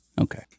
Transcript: Okay